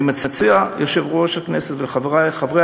אני מציע ליושב-ראש הכנסת ולחברי חברי